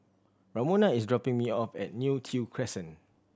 Ramona is dropping me off at Neo Tiew Crescent